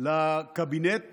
לקבינט